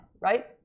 right